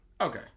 Okay